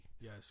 Yes